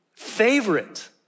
favorite